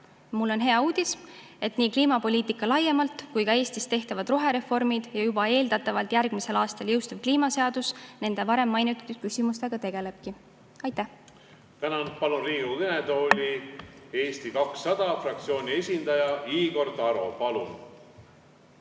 Mul on hea uudis: nii kliimapoliitika laiemalt kui ka Eestis tehtavad rohereformid ja eeldatavalt järgmisel aastal jõustuv kliimaseadus nende varem mainitud küsimustega tegelebki. Aitäh! Tänan! Palun Riigikogu kõnetooli Eesti 200 fraktsiooni esindaja Igor Taro. Palun!